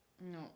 no